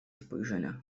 spojrzenia